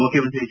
ಮುಖ್ಯಮಂತ್ರಿ ಎಚ್